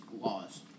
laws